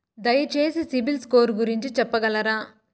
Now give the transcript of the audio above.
దయచేసి CIBIL score గురించి చెప్పగలరా?